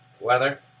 Weather